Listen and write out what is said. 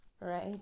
right